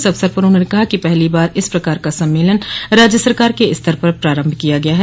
इस अवसर पर उन्होंने कहा कि पहली बार इस प्रकार का सम्मेलन राज्य सरकार के स्तर पर प्रारम्भ किया गया है